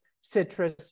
citrus